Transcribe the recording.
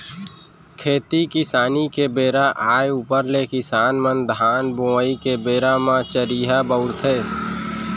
खेती किसानी के बेरा आय ऊपर ले किसान मन धान बोवई के बेरा म चरिहा बउरथे